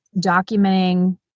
documenting